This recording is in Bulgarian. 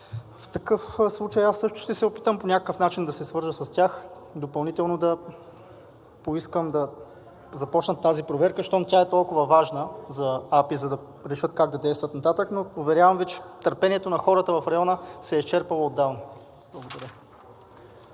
В такъв случай аз също ще се опитам по някакъв начин да се свържа с тях, допълнително да поискам да започнат тази проверка, защото тя е толкова важна за АПИ, за да решат как да действат нататък, но Ви уверявам, че търпението на хората в района се е изчерпало отдавна. Благодаря.